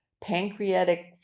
pancreatic